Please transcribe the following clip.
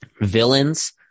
villains